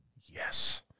Yes